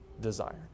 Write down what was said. desire